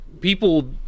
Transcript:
people